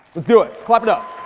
let's do it, clap it up.